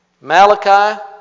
Malachi